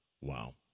Wow